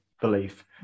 belief